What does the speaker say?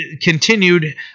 Continued